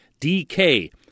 DK